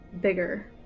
bigger